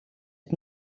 het